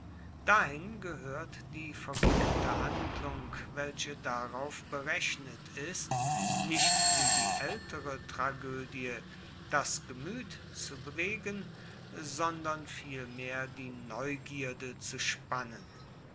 dahin gehoert die verwickelte handlung welche darauf berechnet ist nicht wie die aeltere tragoedie das gemuet zu bewegen sondern vielmehr die neugierde zu spannen